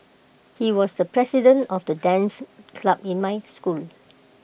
he was the president of the dance club in my school